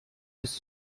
ist